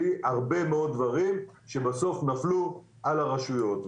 בלי הרבה מאוד דברים שבסוף נפלו על הרשויות.